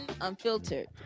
Unfiltered